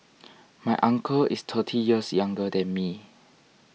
my uncle is thirty years younger than me